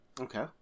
Okay